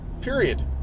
period